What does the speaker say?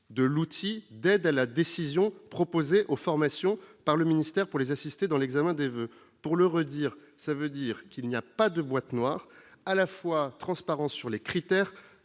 de l'outil d'aide à la décision proposée aux formation par le ministère pour les assister dans l'examen des voeux pour le redire ça veut dire qu'il n'y a pas de boîte noire, à la fois transparence sur les critères